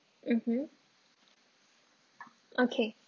mmhmm okay